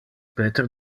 peter